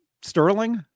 sterling